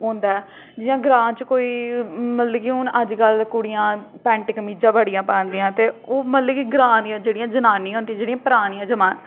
होंदा ऐ जि'यां ग्रांऽ च कोई मतलब कि हून अजकल कुडियां पैंट कमीजां बडियां पादियां ते ओह् मतलब कि ग्रांऽ दियां जेह्ड़ियां जनानियां होंदियां जेह्ड़ियां परानियां जमाने